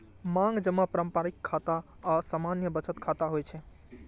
मांग जमा पारंपरिक खाता आ सामान्य बचत खाता होइ छै